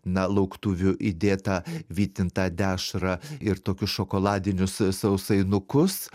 na lauktuvių įdėtą vytintą dešrą ir tokius šokoladinius sausainukus